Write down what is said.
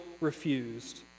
refused